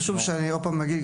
חשוב להגיד,